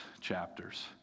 chapters